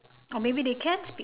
or maybe they can speak